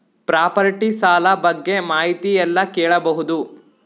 Property ಸಾಲ ಬಗ್ಗೆ ಮಾಹಿತಿ ಎಲ್ಲ ಕೇಳಬಹುದು?